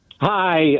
Hi